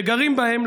שגרים בהם,